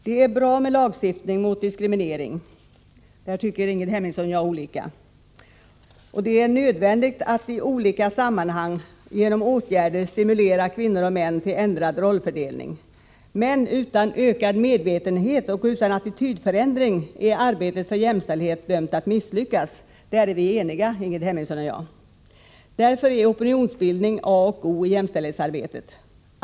Det är bra med lagstiftning mot diskriminering — på den punkten har Ingrid Hemmingsson och jag olika uppfattningar —, och det är nödvändigt att i olika sammanhang stimulera kvinnor och män till ändrad rollfördelning. Men utan ökad medvetenhet och utan attitydförändring är arbetet för jämställdhet dömt att misslyckas. På den punkten är Ingrid Hemmingsson och jag eniga. Därför är opinionsbildning A och O i jämställdhetsarbetet.